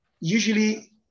Usually